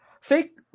fake